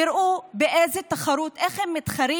תראו באיזו תחרות, איך הם מתחרים